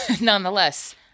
nonetheless